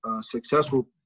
successful